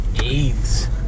AIDS